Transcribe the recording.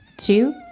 two,